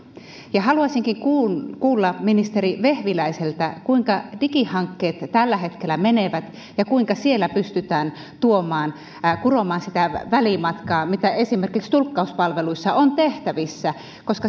haluaisinkin kuulla ministeri vehviläiseltä kuinka digihankkeet tällä hetkellä etenevät ja kuinka siellä pystytään kuromaan sitä välimatkaa ja mitä esimerkiksi tulkkauspalveluissa on tehtävissä